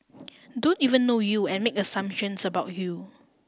don't even know you and make assumptions about you